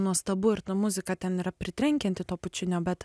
nuostabu ir ta muzika ten yra pritrenkianti to pučinio bet